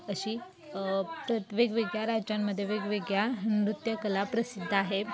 अशी प्र वेगवेगळ्या राज्यांमध्ये वेगवेगळ्या नृत्यकला प्रसिद्ध आहे